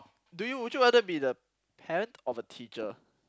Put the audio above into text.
do you would you rather be the parent of a teacher